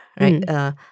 right